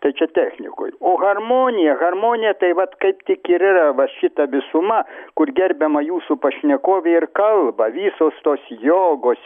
tai čia technikoj o harmonija harmonija tai vat kaip tik ir yra va šita visuma kur gerbiama jūsų pašnekovė ir kalba visos tos jogos